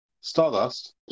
Stardust